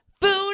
food